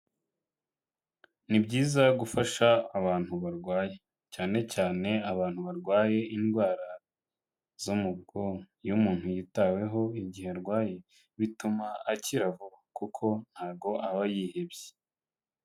Ni byiza gufasha abantu barwaye. Cyane cyane abantu barwaye indwara zo mu bwonko. Iyo umuntu yitaweho igihe arwaye, bituma akira vuba kuko ntago aba yihebye.